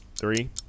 three